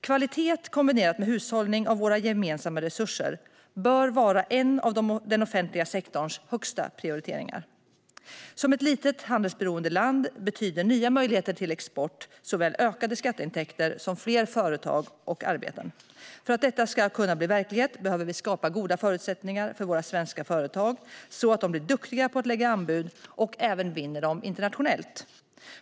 Kvalitet kombinerat med hushållning med våra gemensamma resurser bör vara en av den offentliga sektorns högsta prioriteringar. Som ett litet, handelsberoende land betyder nya möjligheter till export såväl ökade skatteintäkter som fler företag och arbeten. För att detta ska kunna bli verklighet behöver vi skapa goda förutsättningar för våra svenska företag så att de blir duktiga på att lägga anbud och även vinner dem internationellt.